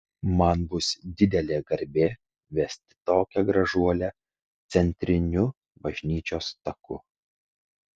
man bus didelė garbė vesti tokią gražuolę centriniu bažnyčios taku